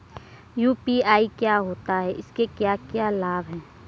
UPI क्या होता है इसके क्या क्या लाभ हैं?